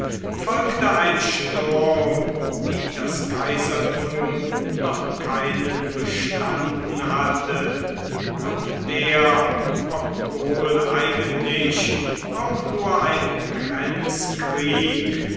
folgte ein sturm wie das kaisertum noch keinen bestanden hatte und der obwohl eigentlich auch nur ein